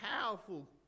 powerful